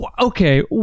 Okay